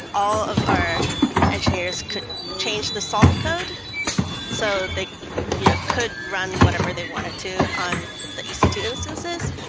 all of our engineers could change the salt code so they get yeah could run whatever they wanted to on the e c two instances.